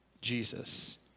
Jesus